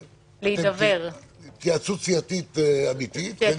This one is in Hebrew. לקיים התייעצות סיעתית אמיתית גם כדי